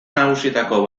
nagusietako